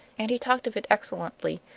and he talked of it excellently,